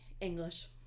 English